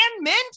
mint